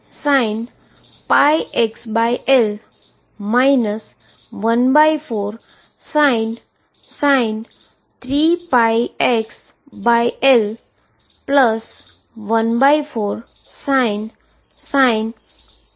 તે 12sin πxL 14sin 3πxL 14sin πxL થશે